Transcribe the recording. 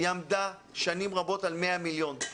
היא עמדה שנים רבות על 100 מיליון שקלים.